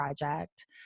project